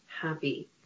Happy